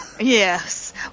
Yes